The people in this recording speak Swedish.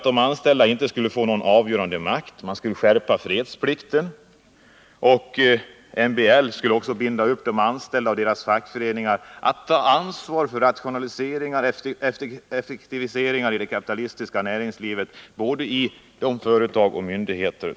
De anställda skulle inte få någon avgörande makt, fredsplikten skulle skärpas och de anställda och deras fackföreningar skulle bindas upp genom att man tvingar dem att ta ansvar för rationaliseringar och effektiviseringar i det kapitalistiska näringslivet, både i företag och i myndigheter.